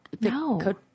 No